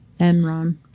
Enron